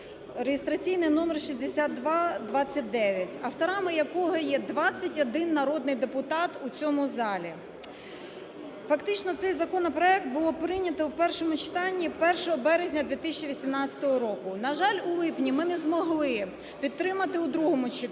(реєстраційний номер 6229), авторами якого є 21 народний депутат у цьому залі. Фактично цей законопроект було прийнято в першому читанні 1 березня 2018 року. На жаль, у липні ми не змогли підтримати в другому читанні,